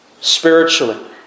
spiritually